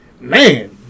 Man